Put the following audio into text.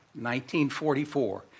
1944